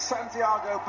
Santiago